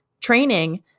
training